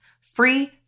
free